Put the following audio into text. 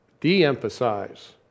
de-emphasize